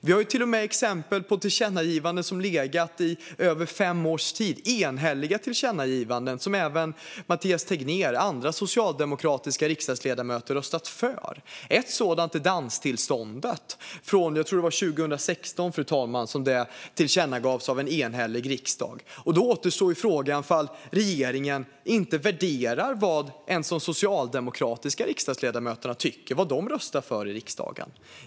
Vi har till och med exempel på tillkännagivanden som legat i över fem års tid, enhälliga sådana som även Mathias Tegnér och andra socialdemokratiska riksdagsledamöter har röstat för. Ett sådant är frågan om danstillståndet. Jag tror att det var 2016, fru talman, som det tillkännagavs av en enhällig riksdag. Då återstår frågan om regeringen inte värderar ens vad de socialdemokratiska riksdagsledamöterna tycker och vad de röstar för i riksdagen.